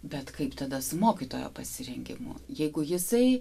bet kaip tada su mokytojo pasirengimu jeigu jisai